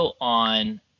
on